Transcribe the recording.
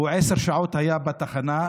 והוא עשר שעות היה בתחנה.